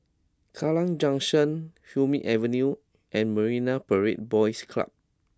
Kallang Junction Hume Avenue and Marine Parade Boys Club